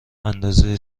اندازه